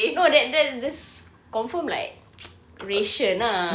no there's there's there's confirm like ration lah